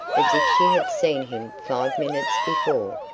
as if she had seen him five minutes before.